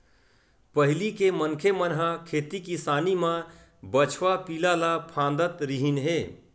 पहिली के मनखे मन ह खेती किसानी म बछवा पिला ल फाँदत रिहिन हे